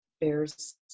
Bear's